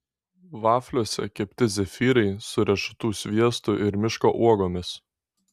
vafliuose kepti zefyrai su riešutų sviestu ir miško uogomis